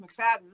McFadden